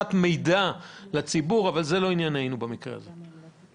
להנגשת מידע לציבור, אבל לא זה ענייננו במקרה הזה.